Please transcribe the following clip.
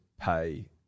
pay